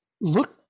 look